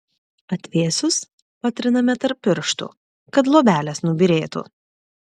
atvėsus patriname tarp pirštų kad luobelės nubyrėtų